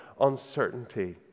uncertainty